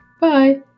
Bye